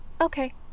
Okay